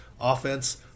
Offense